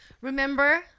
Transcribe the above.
Remember